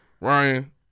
Ryan